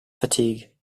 fatigue